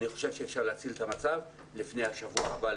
אני חושב שאפשר להציל את המצב לפני השבוע הבא,